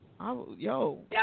yo